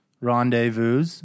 rendezvous